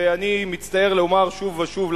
ואני מצטער לומר שוב ושוב,